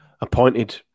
appointed